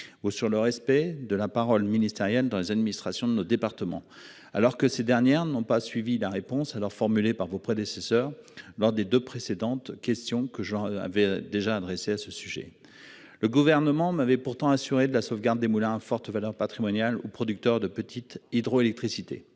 ou sur le respect de la parole ministérielle dans les administrations de nos départements alors que ces dernières n'ont pas suivi la réponse à leurs formulée par vos prédécesseurs lors des 2 précédentes questions que j'en avais déjà adressé à ce sujet le gouvernement m'avait pourtant assuré de la sauvegarde des moulins à forte valeur patrimoniale aux producteurs de petite hydroélectricité.